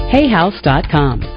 HayHouse.com